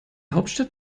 hauptstadt